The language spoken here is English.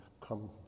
come